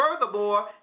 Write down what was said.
furthermore